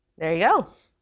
there you go.